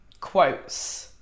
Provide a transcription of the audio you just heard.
quotes